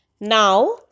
Now